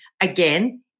again